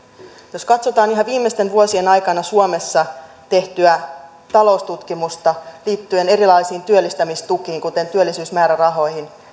jos katsotaan ihan viimeisten vuosien aikana suomessa tehtyä taloustutkimusta liittyen erilaisiin työllistämistukiin kuten työllisyysmäärärahoihin